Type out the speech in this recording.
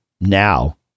Now